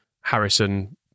Harrison